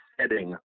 setting